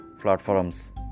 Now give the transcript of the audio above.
platforms